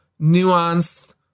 nuanced